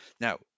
Now